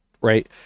right